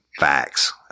Facts